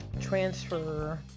transfer